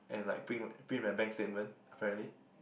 and like print my print my bank statement apparently